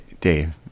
Dave